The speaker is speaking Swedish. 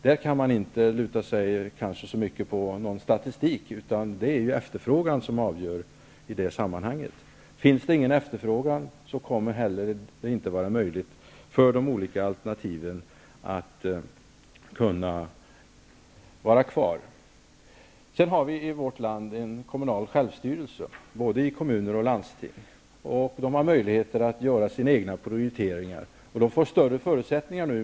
Där kan man kanske inte i någon större utsträckning luta sig mot någon statistik, utan det är efterfrågan som avgör det. Finns det ingen efterfrågan kommer det inte heller att vara möjligt för de olika alternativen att finnas kvar. Sedan har vi i vårt land kommunal självstyrelse, i både kommuner och landsting. De har möjligheter att göra sina egna prioriteringar.